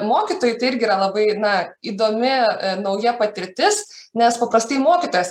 mokytojui tai irgi yra labai na įdomi nauja patirtis nes paprastai mokytojas